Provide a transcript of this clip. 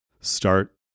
start